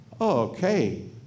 okay